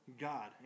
God